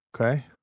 Okay